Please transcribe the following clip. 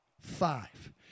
five